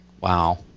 Wow